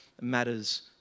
matters